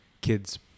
kids